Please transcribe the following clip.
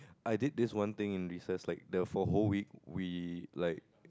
I did this one thing in recess like the for whole week we like